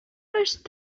first